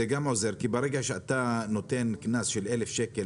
זה גם עוזר כי ברגע שאתה נותן קנס של 1,000 שקלים